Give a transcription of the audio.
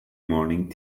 morning